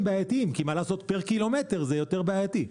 בעייתיים כי פר קילומטר זה יותר בעייתי.